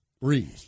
Breathe